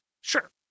Sure